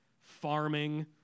farming